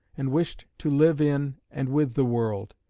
and wished to live in and with the world.